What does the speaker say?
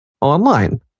online